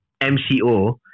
MCO